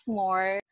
more